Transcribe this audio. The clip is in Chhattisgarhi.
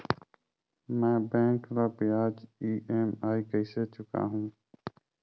मैं बैंक ला ब्याज ई.एम.आई कइसे चुकाहू?